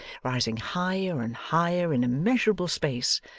rising higher and higher in immeasurable space,